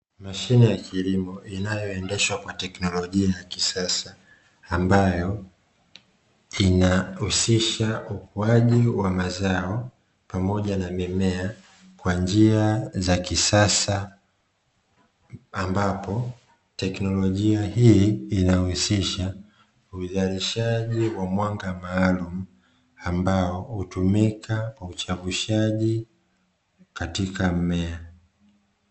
Mashine ya kilimo inayo endeshwa kwa teknolojia ya kisasa, ambayo inahusisha ukuaji wa mazao pamoja na mimea kwa njia za kisasa, ambapo teknolojia hii inahusisha uzalishaji wa mwanga maalumu ambao hutumika kwa uchavushaji katika mmea.